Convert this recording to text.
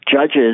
Judges